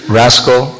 rascal